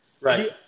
Right